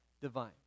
divine